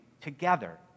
together